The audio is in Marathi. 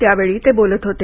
त्यावेळी ते बोलत होते